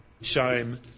shame